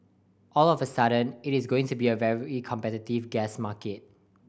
all of a sudden it is going to be a very competitive gas market